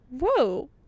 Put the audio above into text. Whoa